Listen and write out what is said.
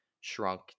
shrunk